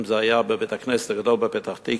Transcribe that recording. אם זה היה בבית-הכנסת הגדול בפתח-תקווה,